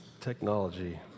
Technology